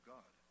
God